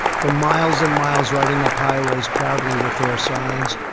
for miles and miles, riding up highways proudly with their signs.